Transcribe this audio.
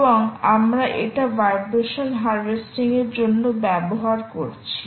এবং আমরা এটা ভাইব্রেশন হারভেস্টিং এর জন্য ব্যবহার করছি